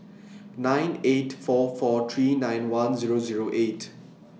nine eight four four three nine one Zero Zero eight